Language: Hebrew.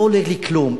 לא עולה לי כלום.